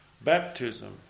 Baptism